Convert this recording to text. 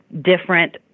different